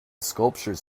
sculptures